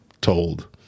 told